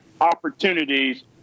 opportunities